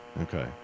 Okay